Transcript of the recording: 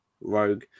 rogue